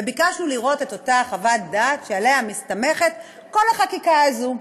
וביקשנו לראות את אותה חוות דעת שעליה מסתמכת כל החקיקה הזאת.